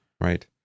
Right